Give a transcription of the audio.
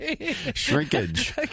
shrinkage